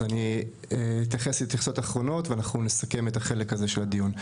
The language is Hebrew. אז אני אתייחס התייחסויות אחרונות ואסכם את החלק הזה של הדיון.